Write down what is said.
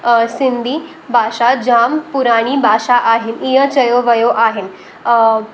सिंधी भाषा जामु पुरानी भाषा आहे ईअं चयो वियो आहिनि